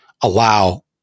allow